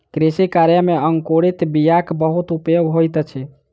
कृषि कार्य में अंकुरित बीयाक बहुत उपयोग होइत अछि